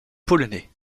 polonais